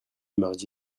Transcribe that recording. mardi